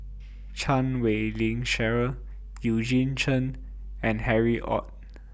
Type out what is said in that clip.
Chan Wei Ling Cheryl Eugene Chen and Harry ORD